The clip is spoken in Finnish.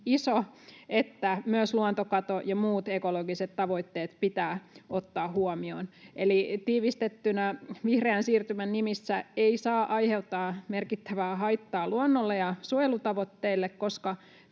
että myös luontokato ja muut ekologiset tavoitteet pitää ottaa huomioon. Eli tiivistettynä: Vihreän siirtymän nimissä ei saa aiheuttaa merkittävää haittaa luonnolle ja suojelutavoitteille, koska